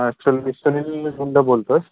actually मी सुनील गुंड बोलतो आहे